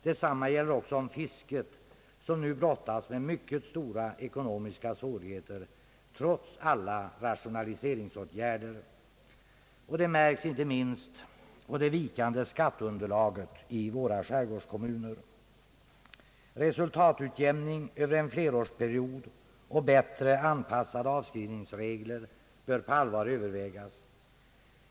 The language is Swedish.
Detsamma gäller också om fisket, som nu brottas med mycket stora ekonomiska svårigheter, trots alla rationaliseringsåtgärder. Det märks inte minst på det vikande skatteunderlaget i våra skärgårdskommuner. Resultatutjämning över en flerårsperiod och bättre anpassade avskrivningsregler bör på allvar övervägas.